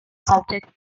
subject